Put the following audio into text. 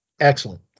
Excellent